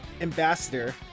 ambassador